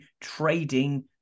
trading